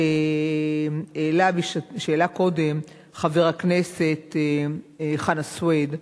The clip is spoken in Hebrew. שהעלה קודם חבר הכנסת חנא סוייד,